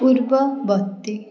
ପୂର୍ବବର୍ତ୍ତୀ